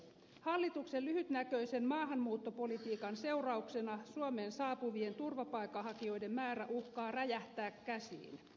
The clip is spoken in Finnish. hallituksen lyhytnäköisen maahanmuuttopolitiikan seurauksena suomeen saapuvien turvapaikanhakijoiden määrä uhkaa räjähtää käsiin